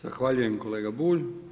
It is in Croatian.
Zahvaljujem, kolega Bulj.